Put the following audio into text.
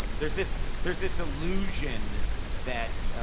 um there's this there's this illusion that,